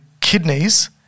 kidneys